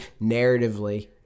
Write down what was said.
narratively